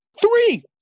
Three